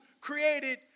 created